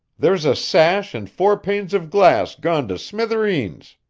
there's a sash and four panes of glass gone to smithereens.